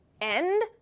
end